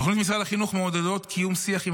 תוכניות משרד החינוך מעודדות קידום שיח עם